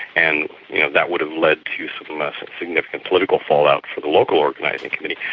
and yeah that would have led to some significant political fallout for the local organising committee.